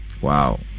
Wow